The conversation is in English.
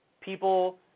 people